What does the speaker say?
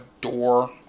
door